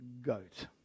goat